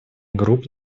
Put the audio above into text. групп